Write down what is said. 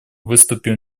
выступил